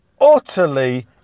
utterly